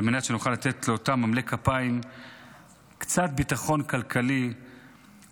על מנת שנוכל לתת לאותם עמלי כפיים קצת ביטחון כלכלי כלשהו,